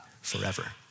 forever